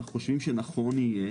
אנחנו חושבים שנכון יהיה